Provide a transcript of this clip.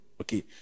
okay